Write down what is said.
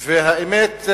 והאמת,